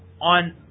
on